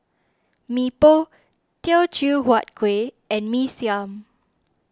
Mee Pok Teochew Huat Kueh and Mee Siam